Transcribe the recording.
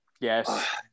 Yes